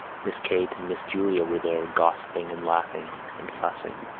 miss kate and miss julia were there, gossiping and laughing and fussing,